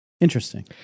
Interesting